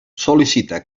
sol·licita